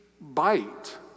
bite